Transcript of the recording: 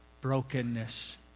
brokenness